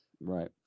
Right